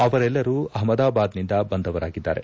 ಅವರೆಲ್ಲರೂ ಅಹಮದಾಬಾದ್ನಿಂದ ಬಂದವರಾಗಿದ್ದಾರೆ